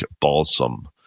Balsam